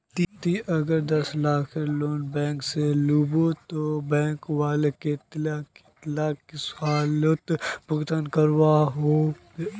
ती अगर दस लाखेर लोन बैंक से लिलो ते बैंक वाला कतेक कतेला सालोत भुगतान करवा को जाहा?